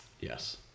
Yes